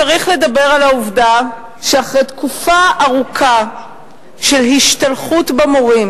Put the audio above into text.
צריך לדבר על העובדה שאחרי תקופה ארוכה של השתלחות במורים